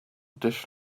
dish